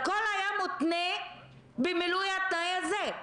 הכול היה מותנה במילוי התנאי הזה.